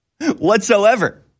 whatsoever